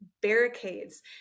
barricades